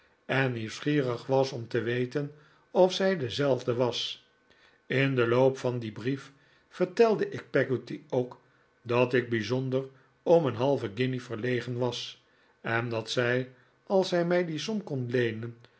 en nieuwsgierig was om te weten of zij dezelfde was in den loop van dien brief vertelde ik peggotty ook dat ik bijzonder om een halve guinje verlegen was en dat zij als zij mij die som kon leenen